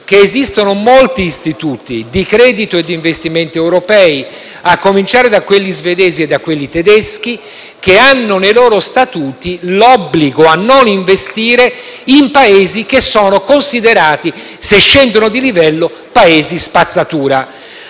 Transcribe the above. perché esistono molti istituti di credito e di investimento europei, a cominciare da quelli svedesi e da quelli tedeschi, che hanno nei loro statuti l'obbligo a non investire in Paesi considerati, se scendono di livello, Paesi spazzatura.